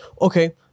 Okay